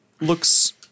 looks